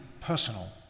personal